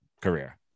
career